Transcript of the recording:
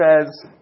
says